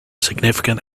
significant